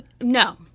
No